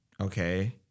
Okay